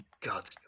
God